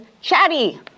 chatty